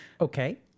Okay